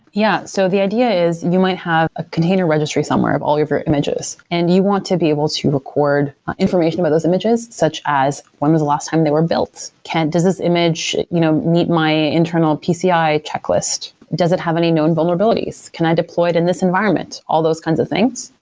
yeah, so the idea is you might have a container registry somewhere of all your images, and you want to be able to record information about those images, such as when was the last time they were built? does this image you know meet my internal pci checklist? does it have any known vulnerabilities? can i deploy it in this environment? all those kinds of things.